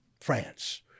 France